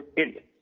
idiot.